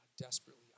Desperately